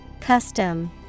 Custom